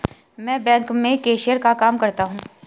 मैं बैंक में कैशियर का काम करता हूं